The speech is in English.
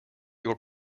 your